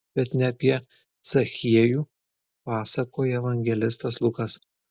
bet ne apie zachiejų pasakoja evangelistas lukas